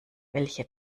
welche